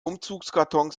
umzugskartons